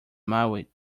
maui